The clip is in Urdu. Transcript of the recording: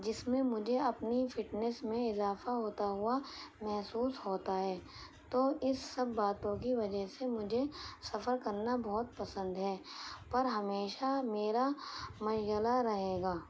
جس میں مجھے اپنی فٹنس میں اضافہ ہوتا ہوا محسوس ہوتا ہے تو اس سب باتوں کی وجہ سے مجھے سفر کرنا بہت پسند ہے پر ہمیشہ میرا مشغلہ رہے گا